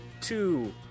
two